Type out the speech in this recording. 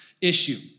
issue